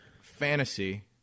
fantasy